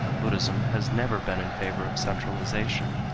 buddhism has never been in favor of centralization.